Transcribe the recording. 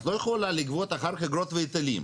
את לא יכולה לגבות אחר כך אגרות והיטלים.